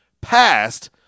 passed